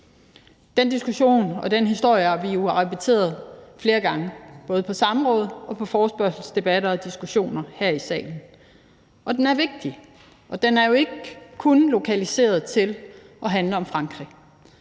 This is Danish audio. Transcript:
Den diskussion og den historie har vi jo repeteret flere gange både på samråd og ved forespørgselsdebatter og diskussioner her i salen. Og den er vigtig, og den er jo ikke kun lokaliseret til at handle om Frankrig.